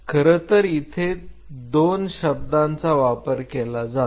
खरंतर इथे दोन शब्दांचा वापर केला जातो